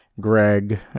Greg